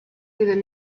through